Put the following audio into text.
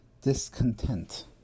discontent